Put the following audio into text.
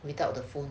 without 的